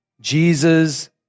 Jesus